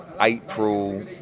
April